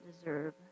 deserve